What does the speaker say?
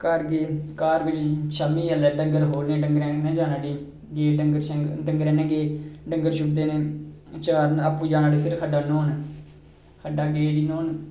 घर गे घर शामी जेल्लै डंगर खोह्लने डंगर क्नै जाना उठी डंगर शंगर डंगरें नै गे चारन आपूं जाना उठी फिर खड्डा न्हौन खड्डा गे उठी न्हौन